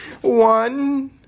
One